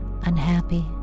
unhappy